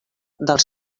dels